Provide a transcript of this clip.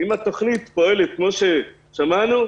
אם התוכנית פועלת כפי ששמענו,